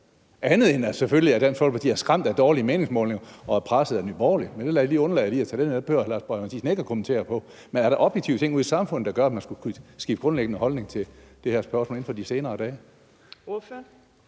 andet end at Dansk Folkeparti selvfølgelig er skræmt af dårlige meningsmålinger og er presset af Nye Borgerlige? Men det undlader jeg lige at tage med. Det behøver hr. Lars Boje Mathiesen ikke kommentere på. Men er der objektive ting ude i samfundet, der gør, at man skulle skifte grundlæggende holdning til det her spørgsmål inden for de senere dage?